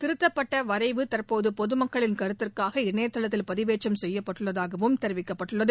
திருத்தப்பட்ட வரைவு தற்போது பொது மக்களின் கருத்திற்காக இணையதளத்தில் பதிவேற்றம் செய்யப்பட்டுள்ளதாகவும் தெரிவிக்கப்பட்டுள்ளது